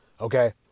okay